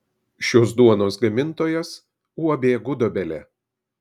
šios duonos gamintojas uab gudobelė